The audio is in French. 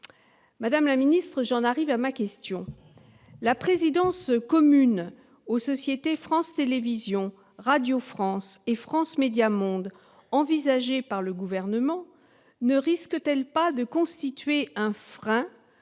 Madame la ministre, la présidence commune aux sociétés France Télévisions, Radio France et France Médias Monde envisagée par le Gouvernement ne risque-t-elle pas de constituer un frein